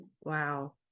Wow